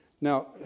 Now